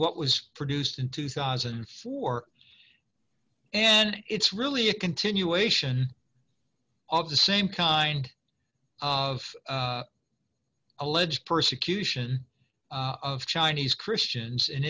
what was produced in two thousand and four and it's really a continuation of the same kind of alleged persecution of chinese christians in